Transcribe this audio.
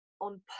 on